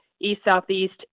East-southeast